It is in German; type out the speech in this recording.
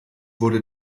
wurde